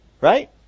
Right